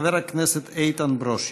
חבר הכנסת איתן ברושי.